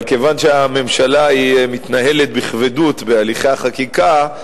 אבל כיוון שהממשלה מתנהלת בכבדות בהליכי החקיקה,